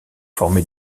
formées